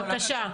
בבקשה.